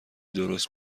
درست